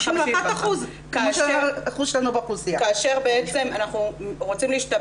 והחינוך שאתה בא ואומר 'אנחנו שווים',